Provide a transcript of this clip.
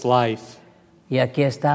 life